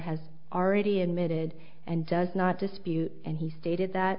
has already admitted and does not dispute and he stated that